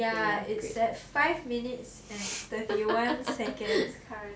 ya it's at five minutes and thirty one seconds currently